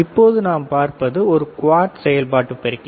இப்போது நாம் பார்ப்பது ஒரு குவாட் செயல்பாட்டு பெருக்கி